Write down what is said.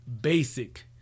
basic